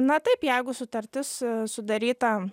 na taip jeigu sutartis sudaryta